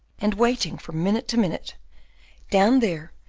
and waiting from minute to minute down there,